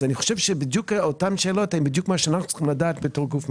אני חושב שאותן שאלות זה בדיוק מה שאנחנו צריכים לדעת בתור גוף מפקח.